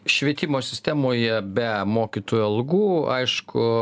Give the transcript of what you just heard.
švietimo sistemoje be mokytojų algų aišku